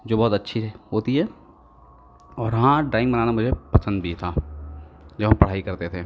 जो बहुत अच्छी है होती है और हाँ ड्राइंग बनाना मेरे पंसद भी था जब हम पढ़ाई करते थे